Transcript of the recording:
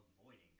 avoiding